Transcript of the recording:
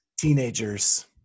teenagers